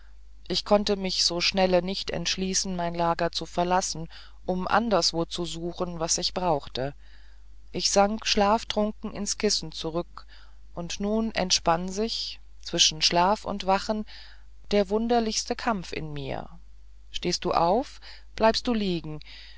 ich konnte mich so schnelle nicht entschließen mein lager zu verlassen um anderswo zu suchen was ich brauchte ich sank schlaftrunken ins kissen zurück und nun entspann sich zwischen schlaf und wachen der wunderlichste kampf in mir stehst du auf bleibst du liegen